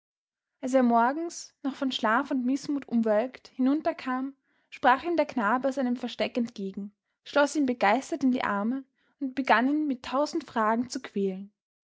als er morgens noch von schlaf und mißmut umwölkt hinunterkam sprang ihm der knabe aus einem versteck entgegen schloß ihn begeistert in die arme und begann ihn mit tausend fragen zu quälen